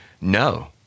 No